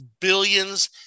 billions